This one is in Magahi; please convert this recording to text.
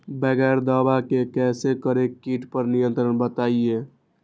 बगैर दवा के कैसे करें कीट पर नियंत्रण बताइए?